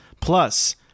plus